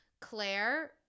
Claire